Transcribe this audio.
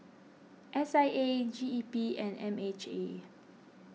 S I A G E P and M H A